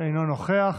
אינו נוכח.